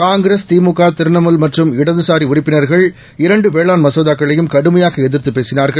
காங்கிரஸ் திமுக திரிணாமுல்மற்றும்இடதுசாரிஉறுப்பினர்கள் இரண்டுவேளாண்மசோதாக்களையும்கடுமையாகஎதிர்த்து பேசினார்கள்